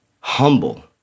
humble